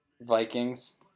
Vikings